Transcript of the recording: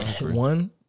One